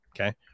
okay